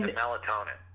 melatonin